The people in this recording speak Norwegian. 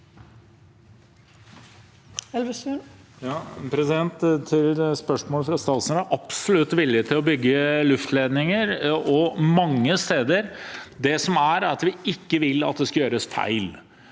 Til spørsmålet fra statsråden: Vi er absolutt villig til å bygge luftledninger mange steder. Det som er, er at vi ikke vil at det skal gjøres feil.